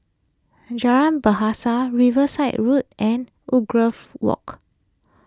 Jalan Bahasa Riverside Road and Woodgrove Walk